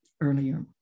earlier